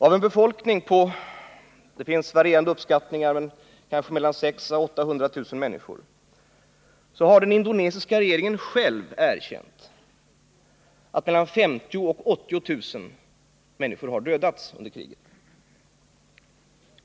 Av en befolkning på mellan 600000 och 800000 — uppskattningarna varierar — har mellan 50 000 och 80 000 människor dödats under kriget enligt vad den indonesiska regeringen själv erkänt.